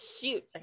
Shoot